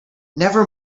never